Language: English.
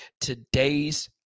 today's